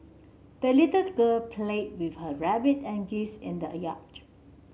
the little girl played with her rabbit and geese in the yard